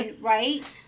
Right